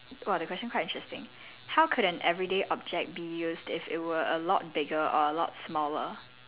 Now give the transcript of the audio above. !wah! the question quite interesting how could an everyday object be used if it were a lot bigger or a lot smaller